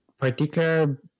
particular